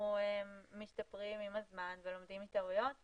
שאנחנו משתפרים עם הזמן ולומדים מטעויות .